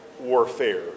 warfare